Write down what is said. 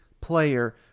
player